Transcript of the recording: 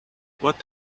what